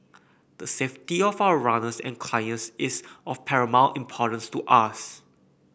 the safety of our runners and clients is of paramount importance to us